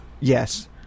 yes